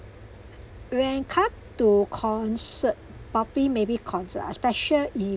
when come to concert probably maybe concert especially if